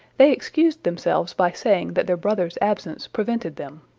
they excused themselves by saying that their brother's absence prevented them.